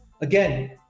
again